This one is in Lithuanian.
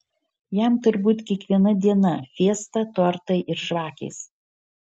jam turbūt kiekviena diena fiesta tortai ir žvakės